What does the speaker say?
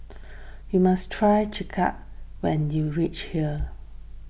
you must try Chai Kuih when you reach here